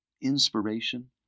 inspiration